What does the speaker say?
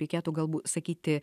reikėtų galbūt sakyti